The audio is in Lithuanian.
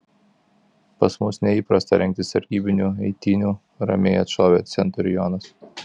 pas mus neįprasta rengti sargybinių eitynių ramiai atšovė centurionas